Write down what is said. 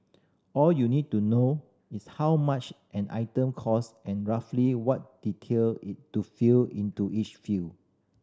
all you need to know is how much an item cost and roughly what detail to fill into each field